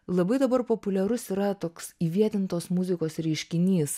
labai dabar populiarus yra toks įvietintos muzikos reiškinys